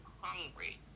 hungry